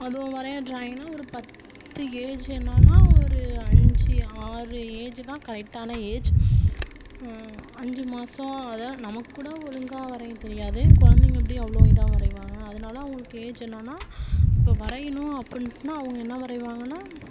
அதுவோ வரைய ட்ராயிங்னால் ஒரு பத்து ஏஜ்ஜினான்னா ஒரு அஞ்சு ஆறு ஏஜ்ஜு தான் கரெக்டான ஏஜ் அஞ்சு மாதம் அதை நமக்குக்கூட ஒழுங்காக வரையத் தெரியாது குழந்தைங்க எப்படி அவ்வளோ இதாக வரையிவாங்கள் அதனால அவங்களுக்கு ஏஜ் என்னன்னா இப்போ வரையணும் அப்பட்னா அவங்க என்ன வரையிவாங்கன்னால்